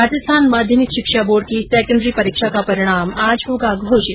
राजस्थान माध्यमिक शिक्षा बोर्ड की सैकेण्डरी परीक्षा का परिणाम आज होगा घोषित